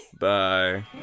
bye